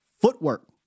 footwork